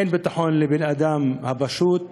אין ביטחון לבן-אדם הפשוט,